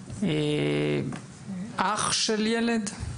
אח של ילד?